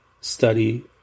study